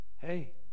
hey